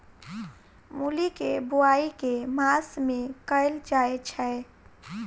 मूली केँ बोआई केँ मास मे कैल जाएँ छैय?